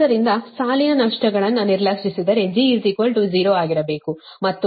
ಆದ್ದರಿಂದ ಸಾಲಿನ ನಷ್ಟಗಳನ್ನು ನಿರ್ಲಕ್ಷಿಸಿದರೆ g 0 ಆಗಿರಬೇಕು ಮತ್ತು r 0 ಸರಿಯಾಗಿರಬೇಕು